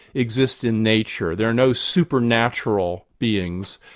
exists in nature. there are no supernatural beings,